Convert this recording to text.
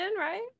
right